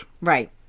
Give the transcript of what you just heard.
Right